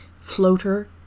Floater